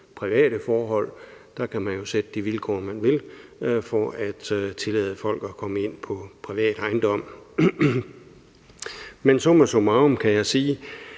private forhold. Der kan man jo sætte de vilkår, man vil, for at tillade folk at komme ind på privat ejendom. Men summa summarum kan jeg sige,